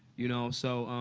you know? so,